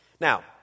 Now